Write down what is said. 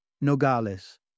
Nogales